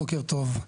בוקר טוב,